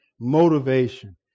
motivation